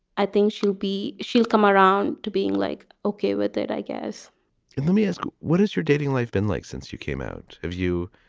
i think she'll be she'll come around to being like, ok with it, i guess let me ask, what is your dating life been like since you came out? have you.